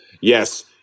Yes